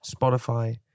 Spotify